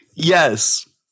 Yes